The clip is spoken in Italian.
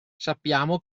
sappiamo